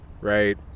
Right